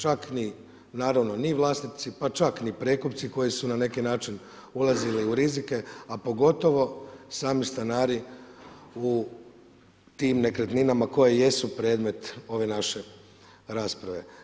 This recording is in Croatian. Čak ni naravno ni vlasnici, pa čak ni prekupci koji su na neki način ulazili u rizike, a pogotovo sami stanari u tim nekretninama koje jesu predmet ove naše rasprave.